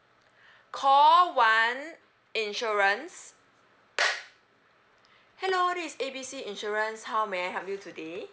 call one insurance hello this is A B C insurance how may I help you today